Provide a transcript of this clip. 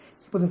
இப்போது சரி